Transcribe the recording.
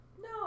no